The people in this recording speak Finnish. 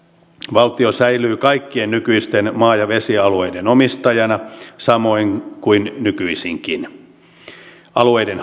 valtio säilyy kaikkien nykyisten maa ja vesialueiden omistajana samoin kuin nykyisinkin alueiden